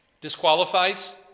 Disqualifies